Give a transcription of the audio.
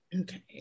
Okay